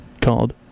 called